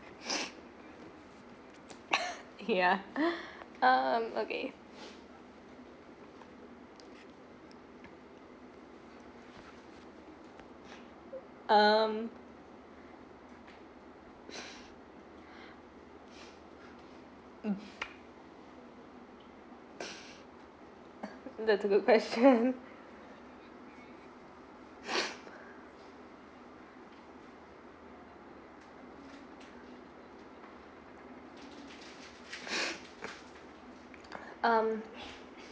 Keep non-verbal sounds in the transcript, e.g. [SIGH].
[BREATH] [LAUGHS] yeah um okay um mm that's a good question [BREATH] um